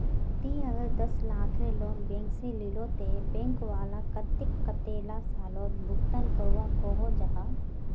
ती अगर दस लाखेर लोन बैंक से लिलो ते बैंक वाला कतेक कतेला सालोत भुगतान करवा को जाहा?